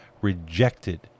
rejected